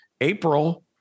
April